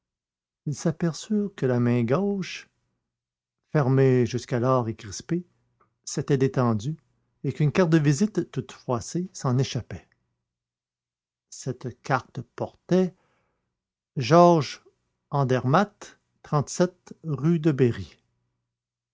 ils s'aperçurent que la main gauche fermée jusqu'alors et crispée s'était détendue et qu'une carte de visite toute froissée s'en échappait cette carte portait georges andermatt rue de berry